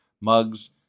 Mugs